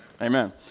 Amen